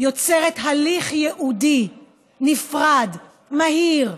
יוצרת הליך ייעודי, נפרד, מהיר,